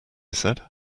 said